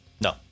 No